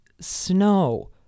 snow